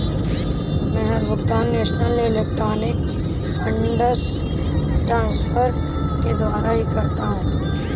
मै हर भुगतान national electronic funds transfer के द्वारा ही करता हूँ